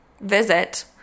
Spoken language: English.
visit